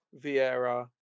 Vieira